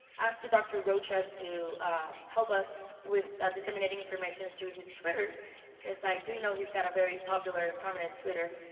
ask to dr. rocha to help us with disseminating information through his twitter cause i do know he's got a very popular and prominent twitter,